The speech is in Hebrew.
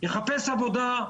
יחפש עבודה.